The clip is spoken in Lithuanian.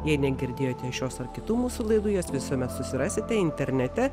jei negirdėjote šios ar kitų mūsų laidoje visuomet susirasite internete